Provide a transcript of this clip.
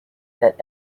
that